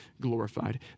glorified